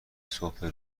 صبح